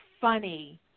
funny